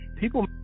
people